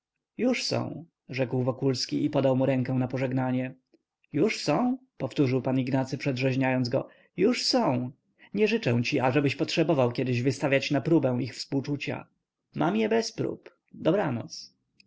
już są rzekł wokulski i podał mu rękę na pożegnanie już są powtórzył pan ignacy przedrzeźniając go już są nie życzę ci abyś potrzebował kiedy wystawiać na próbę ich współczucia mam je bez prób dobranoc